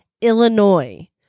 Illinois